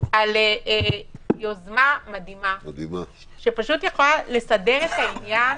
על יוזמה מדהימה שפשוט יכולה לסדר את העניין